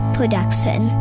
Production